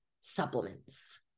supplements